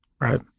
Right